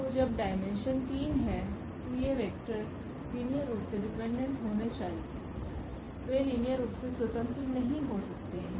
तो जब डायमेंशन 3 है तो ये वेक्टर लीनियर रूप से डिपेंडेंट होने चाहिए वे लीनियर रूप से स्वतंत्र नहीं हो सकते हैं